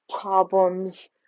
problems